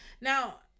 Now